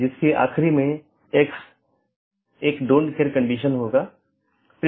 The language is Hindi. तो मैं AS1 से AS3 फिर AS4 से होते हुए AS6 तक जाऊँगा या कुछ अन्य पाथ भी चुन सकता हूँ